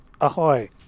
Ahoy